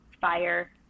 fire